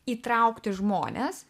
įtraukti žmones